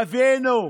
תבינו,